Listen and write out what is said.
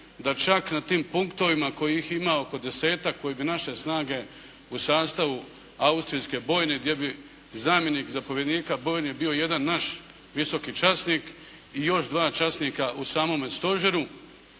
da čak na tim punktovima kojih ima oko 10-tak koje bi naše snage u sastavu austrijske bojne gdje bi zamjenik zapovjednika bojne bio jedan naš visoki časnik i još dva časnika u samome stožeru